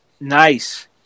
Nice